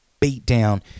beatdown